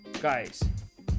guys